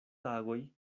tagoj